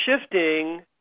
shifting